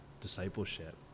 discipleship